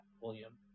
William